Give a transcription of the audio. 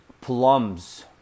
plums